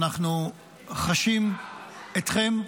אנחנו חשים אתכם.